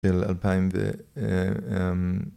‫של אלפיים ו...